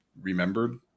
remembered